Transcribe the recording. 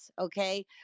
okay